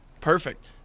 Perfect